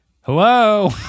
hello